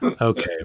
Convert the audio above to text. Okay